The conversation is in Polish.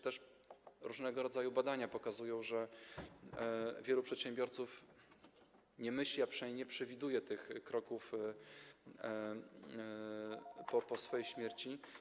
Też różnego rodzaju badania pokazują, że wielu przedsiębiorców o tym nie myśli, a przynajmniej nie przewiduje tych kroków po swojej śmierci.